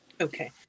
okay